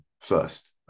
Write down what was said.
first